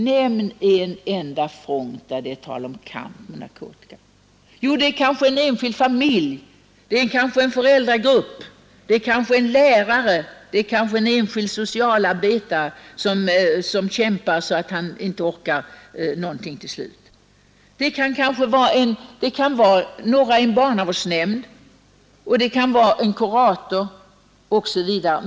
Nämn en enda front där det är tal om kamp mot narkotikan! Jo, det kan vara en enskild familj, en föräldragrupp, en lärare eller kanske en enskild socialarbetare som arbetar så att man till slut inte orkar med mer.